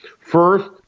First